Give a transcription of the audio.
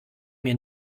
mir